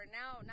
now